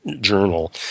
journal